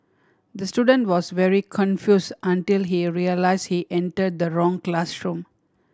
the student was very confuse until he realise he enter the wrong classroom